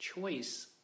choice